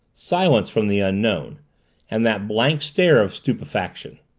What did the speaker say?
silence from the unknown and that blank stare of stupefaction.